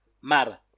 Mar